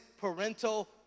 parental